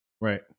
Right